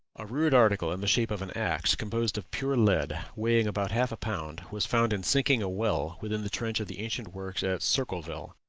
a rude article in the shape of an axe, composed of pure lead, weighing about half a pound, was found in sinking a well within the trench of the ancient works at circleville.